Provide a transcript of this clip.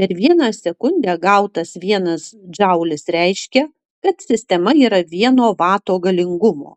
per vieną sekundę gautas vienas džaulis reiškia kad sistema yra vieno vato galingumo